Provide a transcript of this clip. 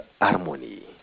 harmony